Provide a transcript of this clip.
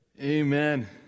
Amen